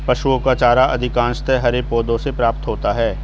पशुओं का चारा अधिकांशतः हरे पौधों से प्राप्त होता है